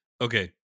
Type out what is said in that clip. Okay